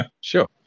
Sure